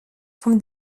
from